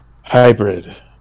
hybrid